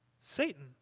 Satan